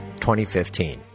2015